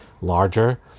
larger